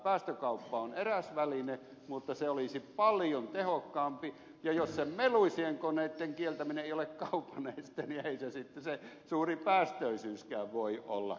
päästökauppa on eräs väline mutta tämä olisi paljon tehokkaampi ja jos se meluisien koneitten kieltäminen ei ole kaupan este niin ei sitten se suuripäästöisyydenkään kieltäminen voi olla kaupan este